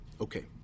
Okay